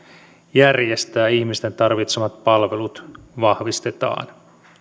järjestää ihmisten tarvitsemat palvelut vahvistetaan